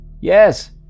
yes